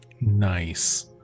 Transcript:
Nice